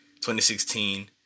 2016